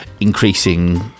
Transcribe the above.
increasing